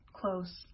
close